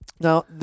Now